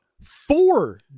four